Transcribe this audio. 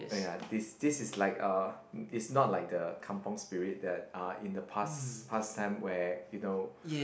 oh ya this this is like uh it's not like the kampung spirit that uh in the past past time where you know